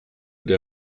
der